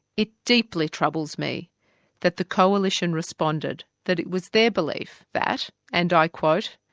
it deeply troubles me that the coalition responded that it was their belief that, and i quote,